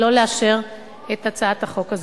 לא לאשר את הצעת החוק הזו.